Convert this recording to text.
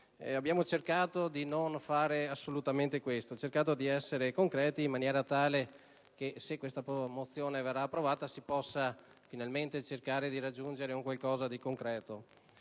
Abbiamo cercato di non fare assolutamente questo. Abbiamo cercato di essere concreti in maniera tale che, se la mozione verrà approvata, si possa cercare di raggiungere qualcosa di concreto.